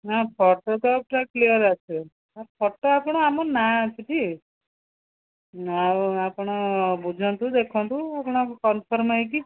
ନା ଫଟୋ ତ ପୁରା କ୍ଲିୟର୍ ଆସିବ ଫଟୋ ଆପଣ ଆମ ନାଁ ଅଛି ଟି ଆଉ ଆପଣ ବୁଝନ୍ତୁ ଦେଖନ୍ତୁ ଆପଣ ଆଗ କନ୍ଫର୍ମ ହେଇକି